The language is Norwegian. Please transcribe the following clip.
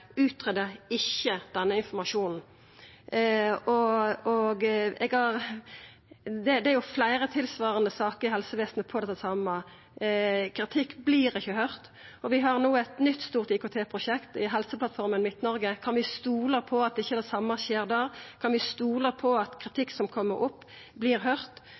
ikkje greidde ut denne informasjonen. Det er fleire tilsvarande saker i helsevesenet om akkurat det same: Kritikk vert ikkje høyrt. Vi har no eit nytt, stort IKT-prosjekt i Helseplattformen i Midt-Norge. Kan vi stola på at ikkje det same skjer der? Kan vi stola på at kritikk som kjem opp, vert høyrt?